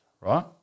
right